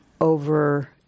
over